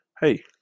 hey